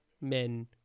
men